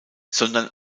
sondern